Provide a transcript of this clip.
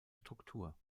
struktur